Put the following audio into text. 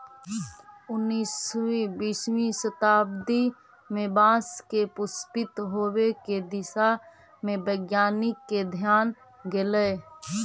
उन्नीसवीं बीसवीं शताब्दी में बाँस के पुष्पित होवे के दिशा में वैज्ञानिक के ध्यान गेलई